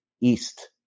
east